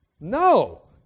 No